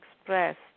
expressed